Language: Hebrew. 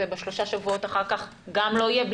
ובשלושה השבועות שלאחר מכן גם לא יהיו חתונות,